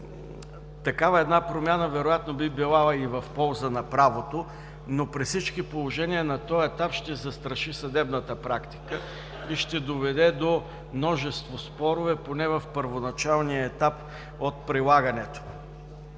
такава една промяна, вероятно би била и в полза на правото. При всички положения на този етап ще застраши съдебната практика и ще доведе до множество спорове, поне в първоначалния етап от прилагането.